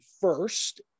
first